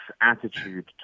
attitude